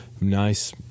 nice